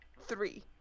three